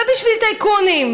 לא בשביל טייקונים.